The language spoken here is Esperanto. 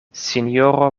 sinjoro